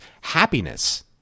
happiness—